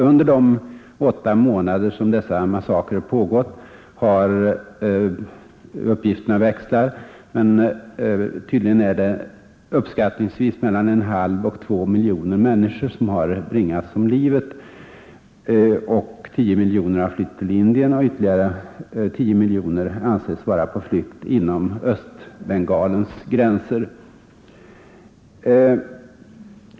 Under de 8 månader som dessa massakrer pågått har uppskattningsvis — uppgifterna växlar — mellan en halv och två miljoner människor bringats om livet. Tio miljoner har flytt till Indien, och ytterligare tio miljoner beräknas vara på flykt inom Östbengalens gränser.